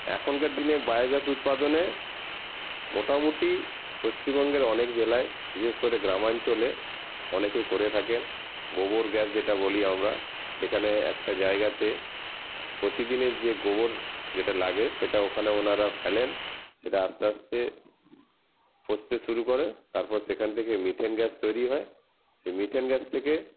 এখনকার দিনে বায়োগ্যাস উৎপাদনে মোটামুটি পশ্চিমবঙ্গের অনেক জেলায় বিশেষ করে গ্রামাঞ্চলে অনেকে করে থাকে গোবর গ্যাস যেটা বলি আমরা সেখানে একটা জায়গাতে প্রতিদিনের যে গোবর যেটা লাগে সেটা ওখান ওনারা ফেলেন সেটা আস্তে আস্তে পচতে শুরু করে তারপর সেখান থেকে মিথেন গ্যাস তৈরি হয় সেই মিথেন গ্যাস থেকে